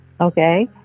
Okay